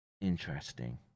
Interesting